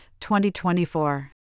2024